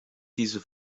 diese